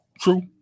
true